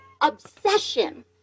obsession